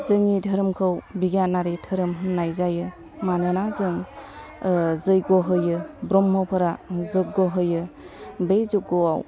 जोंनि धोरोमखौ बिगियानारि धोरोम होन्नाय जायो मानोना जों जैग' होयो ब्रह्मफोरा जैग' होयो बे जैग'आव